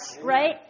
right